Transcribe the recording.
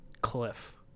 Cliff